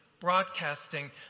broadcasting